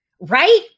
right